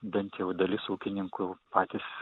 bent jau dalis ūkininkų patys